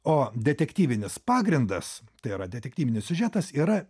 o detektyvinis pagrindas tai yra detektyvinis siužetas yra